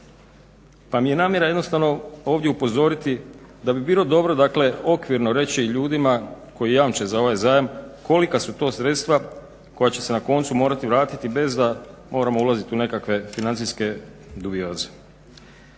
Pa mi je namjera jednostavno ovdje upozoriti da bi bilo okvirno reći ljudima koji jamče za ovaj zajam kolika su to sredstva koja će sa na koncu morati vratiti bez da moramo ulaziti u nekakve financijske dubioze.